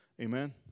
amen